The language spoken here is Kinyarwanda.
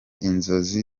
inzozi